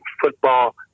Football